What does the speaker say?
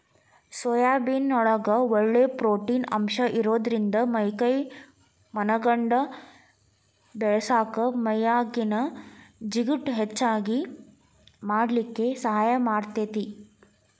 soybean ನೊಳಗ ಒಳ್ಳೆ protein ಅಂಶ ಇರೋದ್ರಿಂದ ಮೈ ಕೈ ಮನಗಂಡ ಬೇಳಸಾಕ ಮೈಯಾಗಿನ ಜಿಗಟ್ ಹೆಚ್ಚಗಿ ಮಾಡ್ಲಿಕ್ಕೆ ಸಹಾಯ ಮಾಡ್ತೆತಿ